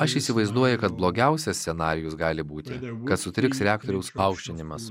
aš įsivaizduoju kad blogiausias scenarijus gali būti kad sutriks reaktoriaus aušinimas